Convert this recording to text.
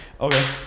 Okay